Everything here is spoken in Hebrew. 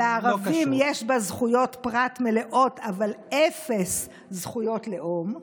שלערבים יש בה זכויות פרט מלאות אבל אפס זכויות לאום.